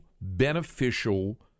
beneficial